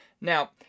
Now